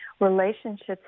Relationships